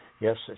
Yes